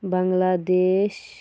Bangladesh